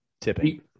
Tipping